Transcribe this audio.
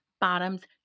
bottoms